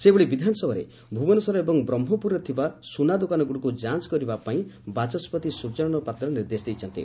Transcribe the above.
ସେହିଭଳି ବିଧାନସଭାରେ ଭୁବନେଶ୍ୱର ଏବଂ ବ୍ରହ୍କପୁରରେ ଥିବା ସୁନାଦୋକାନଗୁଡ଼ିକୁ ଯାଞ କରିବା ପାଇଁ ବାଚସ୍ବତି ସୂର୍ଯ୍ୟନାରାୟଶ ପାତ୍ର ନିର୍ଦ୍ଦେଶ ଦେଇଛନ୍ତି